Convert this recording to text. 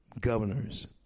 governors